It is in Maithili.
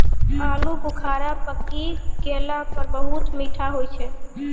आलू बुखारा पकी गेला पर बहुत मीठा होय छै